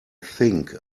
think